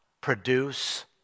produce